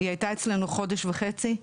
היא הייתה אצלנו חודש וחצי,